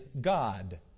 God